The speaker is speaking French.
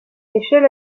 michel